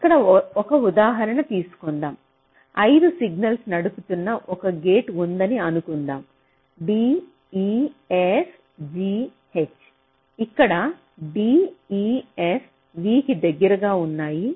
ఇక్కడ ఒక ఉదాహరణ తీసుకుందాం 5 సిగ్నల్స్ నడుపుతున్న ఒక గేట్ ఉందని అనుకుందాం d e f g h ఇక్కడ d e f v కి దగ్గరగా ఉన్నాయి